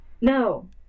No